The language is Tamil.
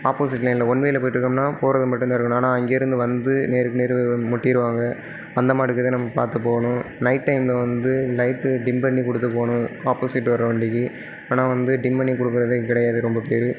ஆப்போசிட் லைனில் ஒன்வேயில் போயிட்டிருக்கோம்னா போகிறது மட்டுந்தான் இருக்கணும் ஆனால் அங்கேயிருந்து வந்து நேருக்கு நேர் முட்டிடுவாங்க அந்தமாதிரி இருக்கிறத நம்ம பார்த்து போகணும் நைட் டைமில் வந்து லைட்டு டிம் பண்ணி கொடுத்து போகணும் ஆப்போசிட் வர வண்டிக்கு ஆனால் வந்து டிம் பண்ணி கொடுக்குறதே கிடையாது ரொம்ப பேர்